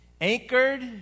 anchored